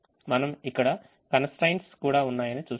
మనం ఇక్కడ constaraints కూడా ఉన్నాయని చూస్తాము